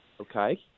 Okay